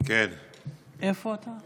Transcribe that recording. איפה אתה?